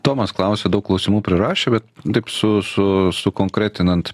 tomas klausia daug klausimų prirašė bet taip su su sukonkretinant